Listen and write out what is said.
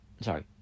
sorry